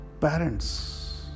parents